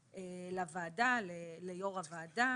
נכי צה"ל ונפגעי פעולות האיבה,